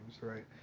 right